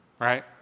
right